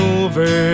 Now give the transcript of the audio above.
over